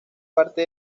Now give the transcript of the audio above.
parte